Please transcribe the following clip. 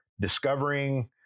discovering